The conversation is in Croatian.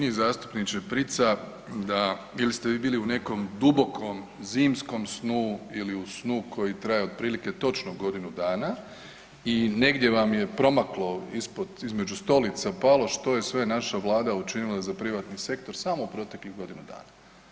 Meni se čini zastupniče Prica da, ili ste vi bili u nekom dubokom zimskom snu ili snu koji traje otprilike točno godinu dana i negdje vam je promaklo ispod, između stolica palo, što je sve naša vlada učinila za privatni sektor samo u proteklih dana.